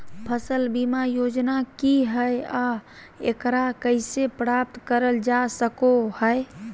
फसल बीमा योजना की हय आ एकरा कैसे प्राप्त करल जा सकों हय?